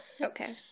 okay